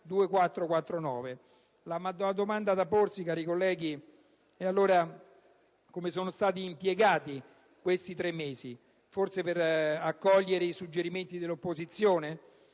La domanda da porsi, cari colleghi, è allora come sono stati impiegati questi tre mesi. Forse per accogliere i suggerimenti dell'opposizione?